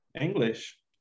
English